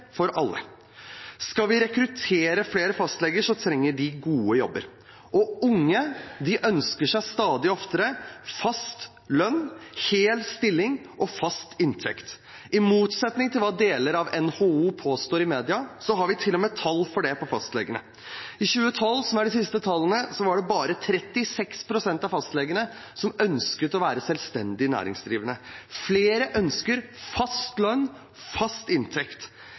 for alle. Skal vi rekruttere flere fastleger, trenger de gode jobber. Unge ønsker seg stadig oftere fast lønn, hel stilling og fast inntekt, i motsetning til hva deler av NHO påstår i media. Vi har til og med tall for dette når det gjelder fastlegene. I 2012, som de siste tallene er fra, var det bare 36 pst. av fastlegene som ønsket å være selvstendig næringsdrivende. Flere ønsker fast lønn, fast inntekt.